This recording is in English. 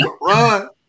Run